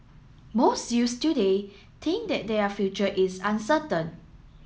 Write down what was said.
most youths today think that their future is uncertain